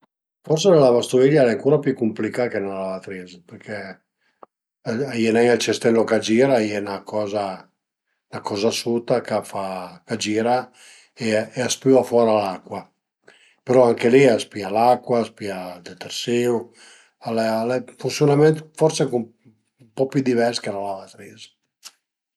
Forse la lavastoviglie al e ancura pi cumplicà dë la lavatris përché a ie nen ël cestello ch'a gira, a ie 'na coza 'na coza suta ch'a fa, a gira e a spüa fora l'acua, però anche li a s'pìa l'acua, a s'pìa ël detersìu, al e al e ën funsiunament forsi al e ën po pi divers da la lavatris